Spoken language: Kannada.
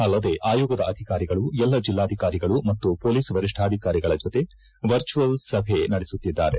ಅಲ್ಲದೆ ಆಯೋಗದ ಅಧಿಕಾರಿಗಳು ಎಲ್ಲ ಜಿಲ್ಲಾಧಿಕಾರಿಗಳು ಮತ್ತು ಮೊಲೀಸ್ ವರಿಷ್ಠಾಧಿಕಾರಿಗಳ ಜೊತೆ ವರ್ಚುವಲ್ ಸಭೆ ನಡೆಸುತ್ತಿದ್ದಾರೆ